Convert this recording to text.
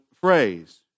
phrase